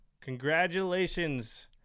Congratulations